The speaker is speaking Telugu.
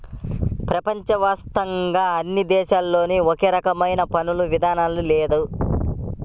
ప్రపంచ వ్యాప్తంగా అన్ని దేశాల్లోనూ ఒకే రకమైన పన్నుల విధానం లేదు